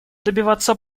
добиваться